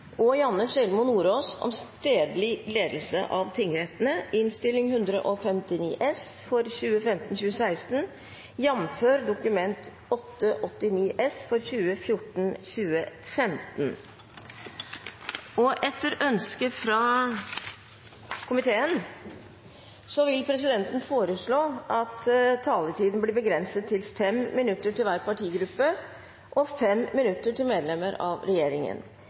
behandling, vil presidenten opplyse om at møtet i dag fortsetter utover kl. 16. Etter ønske fra justiskomiteen vil presidenten foreslå at taletiden blir begrenset til 5 minutter til hver partigruppe og 5 minutter til medlemmer av regjeringen.